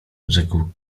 rzekł